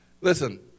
Listen